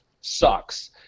sucks